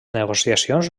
negociacions